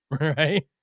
Right